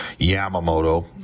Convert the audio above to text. Yamamoto